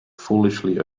foolishly